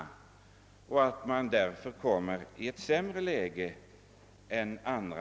Dessa människor hamnar helt enkelt i ett sämre läge än andra.